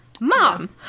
Mom